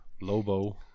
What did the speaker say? Lobo